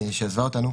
שעזבה אותנו,